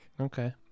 Okay